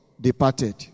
departed